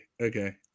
Okay